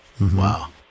Wow